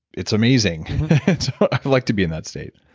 it's amazing. so, i like to be in that state